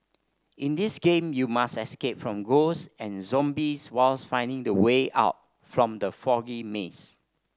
in this game you must escape from ghosts and zombies while finding the way out from the foggy maze